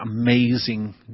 amazing